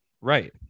Right